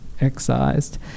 excised